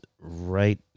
right